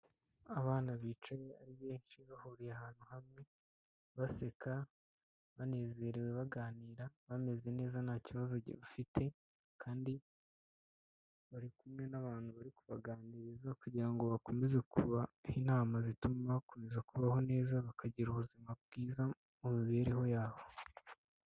Abana bicaye ari benshi bahuriye ahantu hamwe baseka, banezerewe baganira bameze neza nta kibazo bafite kandi bari kumwe n'abantu bari kubaganiriza kugira ngo bakomeze kubaha inama zituma bakomeza kubaho neza, bakagira ubuzima bwiza mu mibereho yabo.